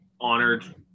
honored